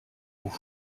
roux